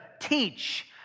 teach